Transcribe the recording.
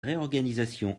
réorganisations